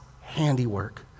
handiwork